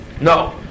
no